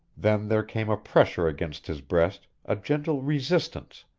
then there came a pressure against his breast, a gentle resistance,